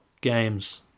games